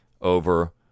over